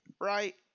right